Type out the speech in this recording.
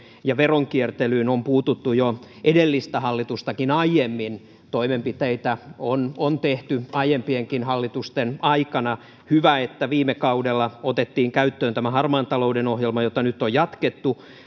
ja veronkiertelyyn on puututtu jo edellistä hallitustakin aiemmin toimenpiteitä on on tehty aiempienkin hallitusten aikana hyvä että viime kaudella otettiin käyttöön tämä harmaan talouden ohjelma jota nyt on jatkettu